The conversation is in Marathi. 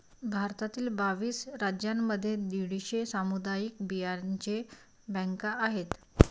भारतातील बावीस राज्यांमध्ये दीडशे सामुदायिक बियांचे बँका आहेत